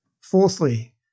fourthly